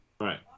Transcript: Right